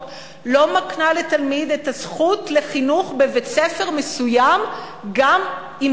לא מקנה לתלמיד את הזכות לחינוך בבית-ספר מסוים גם אם